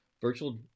virtual